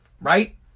right